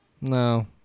No